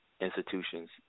institutions